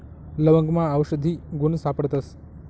लवंगमा आवषधी गुण सापडतस